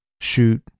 shoot